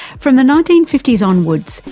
from the nineteen fifty s onwards,